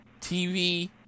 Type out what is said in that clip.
TV